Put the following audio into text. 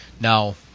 Now